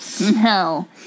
No